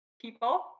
people